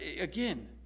Again